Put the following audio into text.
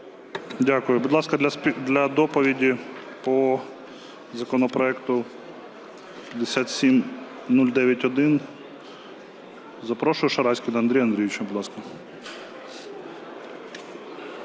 Дякую. Будь ласка, для доповіді по законопроекту 5709-1 запрошую Шараськіна Андрія Андрійовича,